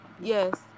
Yes